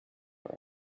for